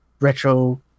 retro